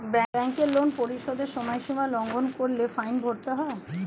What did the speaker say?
ব্যাংকের লোন পরিশোধের সময়সীমা লঙ্ঘন করলে ফাইন ভরতে হয়